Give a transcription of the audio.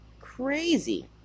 crazy